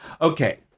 Okay